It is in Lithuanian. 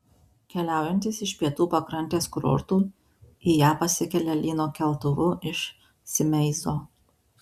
keliaujantys iš pietų pakrantės kurortų į ją pasikelia lyno keltuvu iš simeizo